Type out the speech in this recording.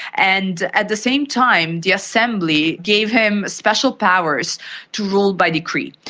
and at the same time the assembly gave him special powers to rule by decree.